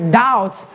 doubts